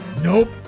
nope